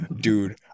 Dude